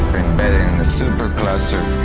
embedded in the super-cluster,